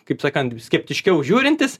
kaip sakant skeptiškiau žiūrintys